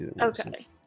Okay